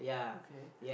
okay